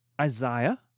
Isaiah